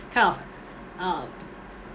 kind of um